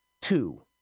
Two